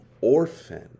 orphan